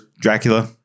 Dracula